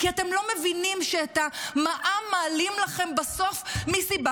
כי אתם לא מבינים שאת המע"מ מעלים לכם בסוף מסיבה